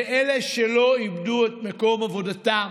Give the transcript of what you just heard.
ואלה שלא איבדו את מקום עבודתם,